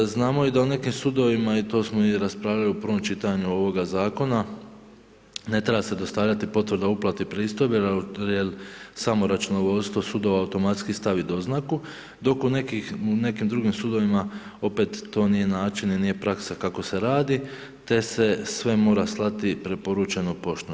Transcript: Znamo i da u nekim sudovima i to smo raspravljali u prvom čitanju ovoga zakona ne treba se dostavljati potvrda o uplati pristojbe jer samo računovodstvo sudova automatski stavi doznaku, dok u nekih, nekim drugim sudovima opet to nije način i nije praksa kako se radi te se sve mora slati preporučeno poštom.